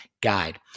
guide